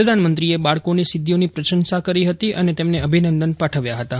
પ્રધાનમંત્રીએ બાળકોની સિધ્ધિઓની પ્રશંસા કરી હતી અને તેમને અભિનંદન પાઠવ્યાં હતાં